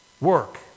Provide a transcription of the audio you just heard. work